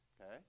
Okay